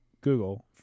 Google